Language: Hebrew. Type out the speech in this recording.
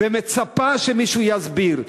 ומצפה שמישהו יסביר.